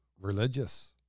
religious